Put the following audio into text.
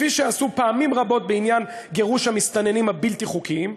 כפי שעשו פעמים רבות בעניין גירוש המסתננים הבלתי-חוקיים,